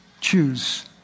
choose